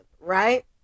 right